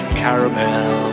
caramel